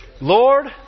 Lord